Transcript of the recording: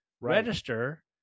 Register